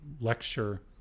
lecture